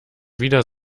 wieder